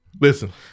Listen